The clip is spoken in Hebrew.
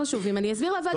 אם אני אוכל להסביר לוועדה,